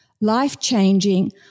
life-changing